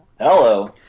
Hello